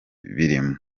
birimo